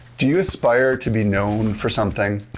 do you aspire to be known for something?